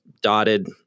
dotted